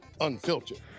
unfiltered